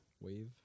wave